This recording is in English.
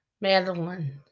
Madeline